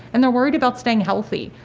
and they're worried about staying healthy.